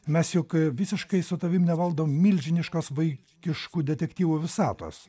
mes juk visiškai su tavim nevaldom milžiniškos vai kiškų detektyvų visatos